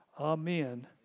Amen